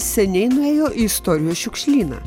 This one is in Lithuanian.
seniai nuėjo į istorijos šiukšlyną